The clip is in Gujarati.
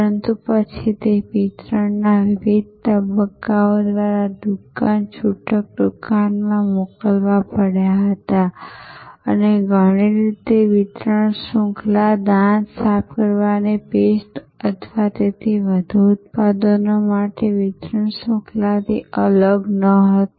પરંતુ પછી તે વિતરણના વિવિધ તબક્કાઓ દ્વારા દુકાન છૂટક દુકાનમાં મોકલવા પડ્યા હતા અને ઘણી રીતે વિતરણ શૃંખલા દાંત સાફ કરવાની પેસ્ટ અથવા તેથી વધુ ઉત્પાદનો માટે વિતરણ શૃંખલાથી અલગ ન હતી